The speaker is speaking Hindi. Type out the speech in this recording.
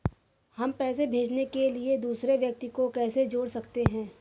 हम पैसे भेजने के लिए दूसरे व्यक्ति को कैसे जोड़ सकते हैं?